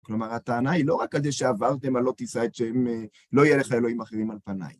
כלומר, הטענה היא לא רק על זה שעברתם על לא תישא את שם... לא יהיה לך אלוהים אחרים על פניי.